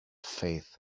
faith